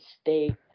state